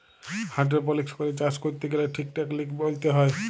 hydroponics করে চাষ ক্যরতে গ্যালে ঠিক টেকলিক মলতে হ্যয়